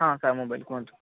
ହଁ ସାହୁ ମୋବାଇଲ କୁହନ୍ତୁ